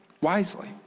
wisely